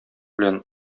белән